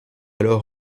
alors